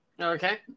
Okay